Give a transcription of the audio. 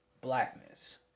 Blackness